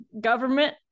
government